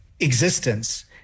existence